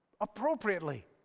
appropriately